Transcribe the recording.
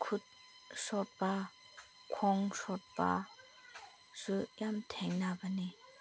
ꯈꯨꯠ ꯁꯣꯛꯄ ꯈꯣꯡ ꯁꯣꯛꯄꯁꯨ ꯌꯥꯝ ꯊꯦꯡꯅꯕꯅꯦ